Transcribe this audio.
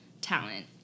talent